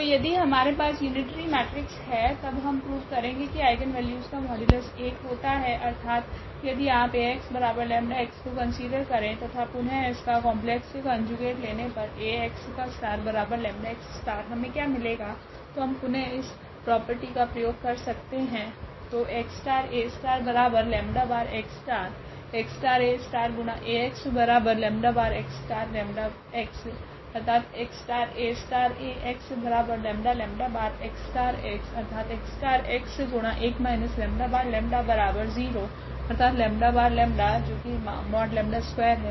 तो यदि हमारे पास यूनिटरी मेट्रिक्स है तब हम प्रूव करेगे की आइगनवेल्यूस का मॉड्यूलस 1 होता है अर्थात यदि आप Ax𝜆x को कन्सिडर करे तथा पुनः इसका कॉम्प्लेक्स कोंजुगेट लेने पर 𝜆x हमे क्या मिलेगा तो हम पुनः इस प्रॉपर्टि का प्रयोग कर सकते है